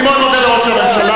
אני מאוד מודה לראש הממשלה.